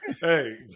Hey